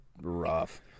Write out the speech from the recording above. Rough